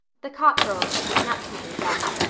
the copp girls had given up keeping ducks.